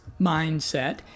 Mindset